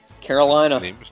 Carolina